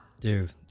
dude